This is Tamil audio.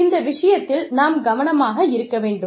எனவே இந்த விஷயத்தில் நாம் கவனமாக இருக்க வேண்டும்